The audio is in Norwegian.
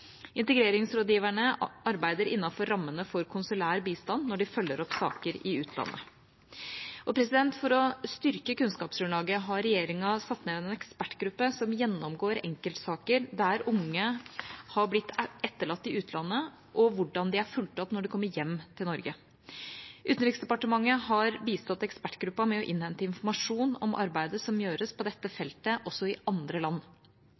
Integreringsrådgiverne arbeider innenfor rammene for konsulær bistand når de følger opp saker i utlandet. For å styrke kunnskapsgrunnlaget har regjeringa satt ned en ekspertgruppe som gjennomgår enkeltsaker der unge har blitt etterlatt i utlandet, og hvordan de er fulgt opp når de kommer hjem til Norge. Utenriksdepartementet har bistått ekspertgruppa med å innhente informasjon om arbeidet som gjøres på dette feltet også i andre land.